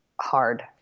hard